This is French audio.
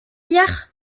hier